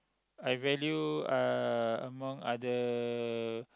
I value uh among other